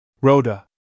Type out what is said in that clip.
Rhoda